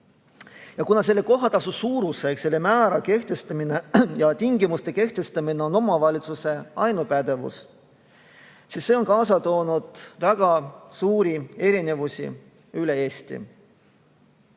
Kuna kohatasu suuruse ehk selle määra ja tingimuste kehtestamine on omavalitsuse ainupädevus, siis on see kaasa toonud väga suuri erinevusi üle Eesti.